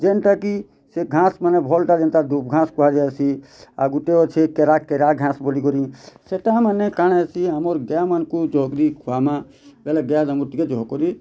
ଯେନ୍ଟାକି ସେ ଘାସ୍ ମାନେ ଭଲ୍ ଟା ଯେନ୍ତା ଦୂବ୍ ଘାସ୍ କୁହାଯାଏସି ଆଉ ଗୁଟେ ଅଛେ କେରା କେରା ଘାଁସ୍ ବୋଲି କରି ସେଇଟା ମାନେ କାଣା ହେସି ଆମର୍ ଗାଏ ମାନକୁଁ ଜଲଦି ଖୁଆମା ବେଲେ ଗାଏଦାମୁର୍ ଜହ କରି